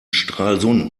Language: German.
stralsund